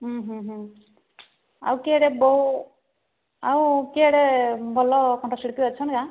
ହୁଁ ହୁଁ ହୁଁ ଆଉ କିଏରେ ଆଉ କିଏ ଆଡ଼େ ଭଲ କଣ୍ଠ ଶିଳ୍ପୀ ଅଛନ୍ତି ଆ